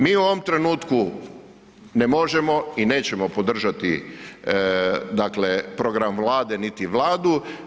Mi u ovom trenutku ne možemo i nećemo podržati, dakle program vlade, niti vladu.